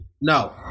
no